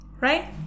right